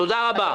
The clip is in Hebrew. תודה רבה.